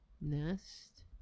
Nest